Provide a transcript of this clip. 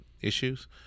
issues